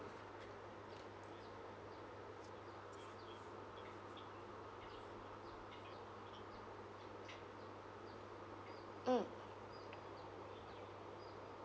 mm